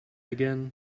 again